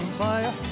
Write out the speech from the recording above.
fire